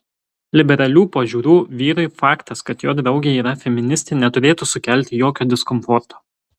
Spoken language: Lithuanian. liberalių pažiūrų vyrui faktas kad jo draugė yra feministė neturėtų sukelti jokio diskomforto